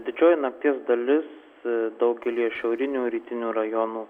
didžioji nakties dalis daugelyje šiaurinių rytinių rajonų